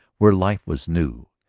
where life was new.